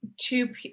two